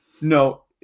No